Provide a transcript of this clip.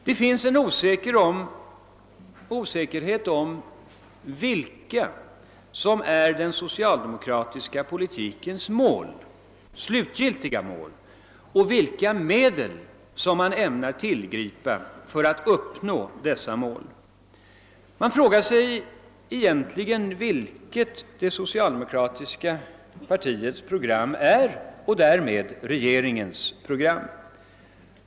Det finns en osäkerhet om vilka som är den socialdemokratiska politikens slutgiltiga mål och om vilka medel man ämnar tillgripa för att uppnå dessa mål. Människor frågar sig vilket det socialdemokratiska partiets och därmed regeringens program egentligen är.